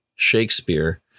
Shakespeare